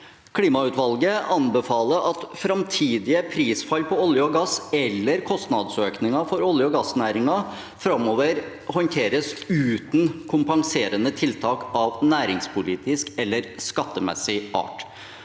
Klimautvalget anbefaler at framtidige prisfall på olje og gass eller kostnadsøkninger for olje- og gassnæringen framover håndteres uten kompenserende tiltak av næringspolitisk eller skattemessig art.